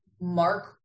mark